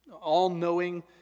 all-knowing